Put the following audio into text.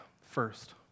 First